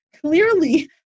clearly